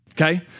Okay